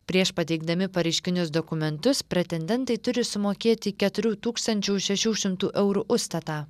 prieš pateikdami pareiškinius dokumentus pretendentai turi sumokėti keturių tūkstančių šešių šimtų eurų užstatą